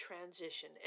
transition